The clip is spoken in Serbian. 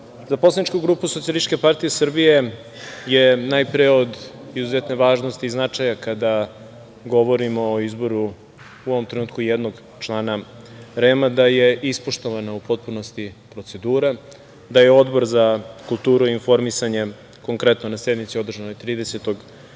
poslanici, za Poslaničku grupu SPS je najpre od izuzetne važnosti i značaja kada govorimo o izboru u ovom trenutku jednog člana REM-a da je ispoštovana u potpunosti procedura, da je Odbor za kulturu i informisanje, konkretno na sednici održanoj 30. juna,